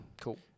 Cool